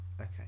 Okay